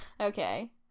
okay